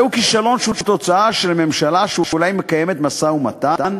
זהו כישלון שהוא תוצאה של ממשלה שאולי מקיימת משא-ומתן,